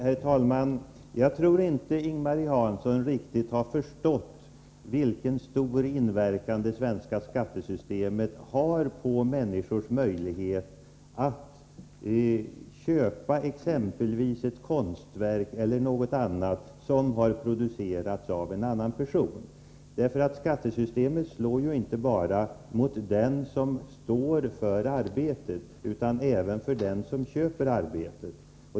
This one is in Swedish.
Herr talman! Jag tror inte att Ing-Marie Hansson riktigt förstått vilken stor inverkan det svenska skattesystemet har på människors möjlighet att köpa exempelvis ett konstverk eller någonting annat som har producerats av en annan person. Skattesystemet slår ju inte bara mot den som står för arbetet utan även mot den som köper arbetet.